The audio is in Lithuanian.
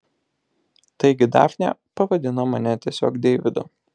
taigi dafnė pavadino mane tiesiog deividu